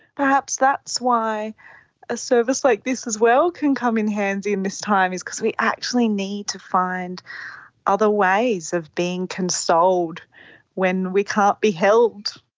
perhaps that's why a service like this as well can come in handy in this time is because we actually need to find other ways of being consoled when we can't be held.